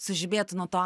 sužibėtų nuo to